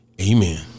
Amen